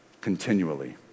continually